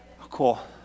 Cool